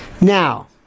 Now